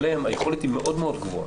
היכולת היא מאוד מאוד גבוהה.